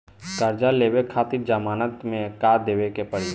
कर्जा लेवे खातिर जमानत मे का देवे के पड़ी?